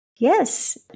Yes